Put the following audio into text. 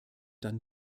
dann